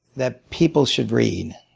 that people should read,